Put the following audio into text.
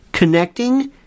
Connecting